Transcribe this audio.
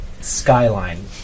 skyline